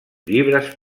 llibres